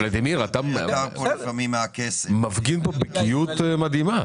ולדימיר, אתה מפגין פה בקיאות מדהימה.